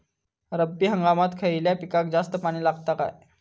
रब्बी हंगामात खयल्या पिकाक जास्त पाणी लागता काय?